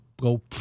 go